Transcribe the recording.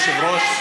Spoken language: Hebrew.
כבוד היושב-ראש,